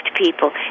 people